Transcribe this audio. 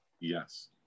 Yes